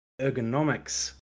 ergonomics